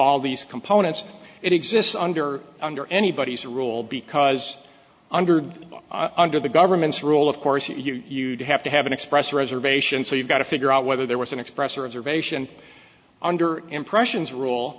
all these components it exists under under anybody's rule because under under the government's rule of course you do have to have an express reservation so you've got to figure out whether there was an express or a survey ship under impressions rule